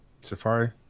Safari